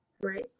Right